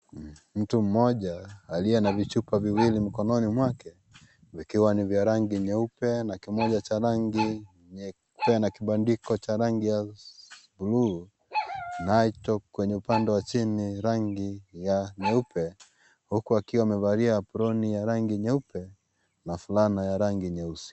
Mtu mmoja, aliye na vichupa viwili mkononi mwake, vikiwa ni vya rangi nyeupe na kimoja cha rangi nyeupe na kibandiko cha rangi ya buluu, nacho kwenye upande wa chini rangi ya nyeupe. Huku akiwa amevalia aproni ya rangi nyeupe na fulana ya rangi nyeusi.